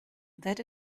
that